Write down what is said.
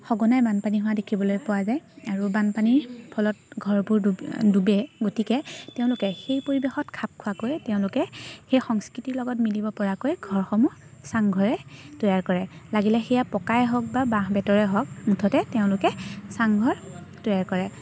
সঘনাই বানপানী হোৱা দেখিবলৈ পোৱা যায় আৰু বানপানীৰ ফলত ঘৰবোৰ ডুবে গতিকে তেওঁলোকে সেই পৰিৱেশত খাপ খোৱাকৈ তেওঁলোকে সেই সংস্কৃতিৰ লগত মিলিব পৰাকৈ ঘৰসমূহ চাংঘৰেই তৈয়াৰ কৰে লাগিলে সেয়া পকাই হওক বা বাঁহ বেতৰে হওক মুঠতে তেওঁলোকে চাংঘৰ তৈয়াৰ কৰে